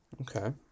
Okay